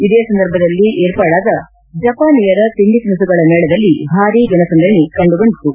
ಇದೇ ಸಂದರ್ಭದಲ್ಲಿ ವಿರ್ಪಡಾದ ಜಪಾನೀಯರ ತಿಂಡಿ ತಿನಿಸುಗಳ ಮೇಳದಲ್ಲಿ ಭಾರಿ ಜನಸಂದಣಿ ಕಂಡು ಬಂತು